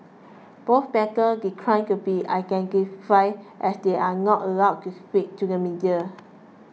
both bankers declined to be identified as they are not allowed to speak to the media